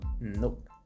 Nope